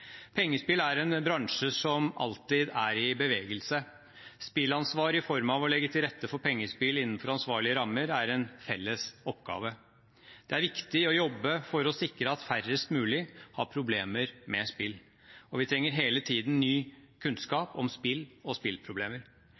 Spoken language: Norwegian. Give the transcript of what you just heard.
Pengespill er en bransje som alltid er i bevegelse. Spillansvar i form av å legge til rette for pengespill innenfor ansvarlige rammer er en felles oppgave. Det er viktig å jobbe for å sikre at færrest mulig har problemer med spill. Vi trenger hele tiden ny kunnskap om spill og